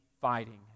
fighting